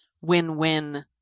win-win